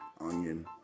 onion